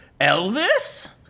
Elvis